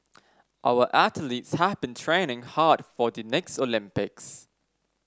our athletes have been training hard for the next Olympics